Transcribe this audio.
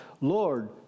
Lord